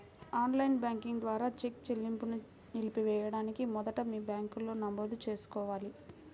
on line banking ద్వారా cheque చెల్లింపును నిలిపివేయడానికి మొదట మీ బ్యాంకులో నమోదు చేసుకోవాలి